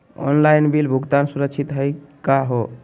Online bill भुगतान सुरक्षित हई का हो?